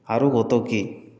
আরও কত কী